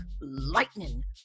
lightning